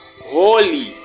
holy